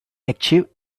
achieve